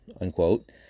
unquote